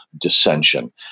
dissension